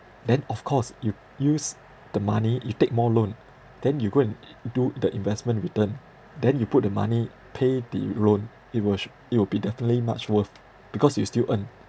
then of course you use the money you take more loan then you go and do the investment return then you put the money pay the loan it will su~ it will be definitely much worth because you still earn